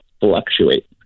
fluctuate